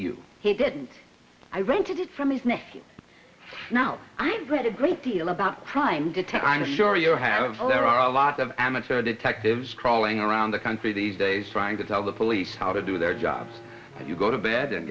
you he didn't i rented it for me now i read a great deal about crime i'm sure you have there are a lot of amateur detectives crawling around the country these days trying to tell the police how to do their jobs you go to bed and